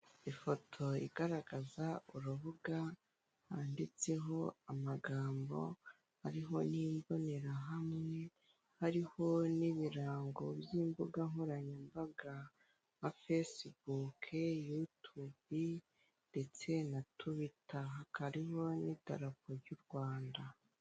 Ifoto igaragaza urubuga handitseho amagambo hariho n'imborahamwe, hariho n'ibirango by'imbuga nkoranyambaga nka fesibuke, yutubi ndetse na tuwita, hakaba hariho n'idarapo ry'u Rwanda.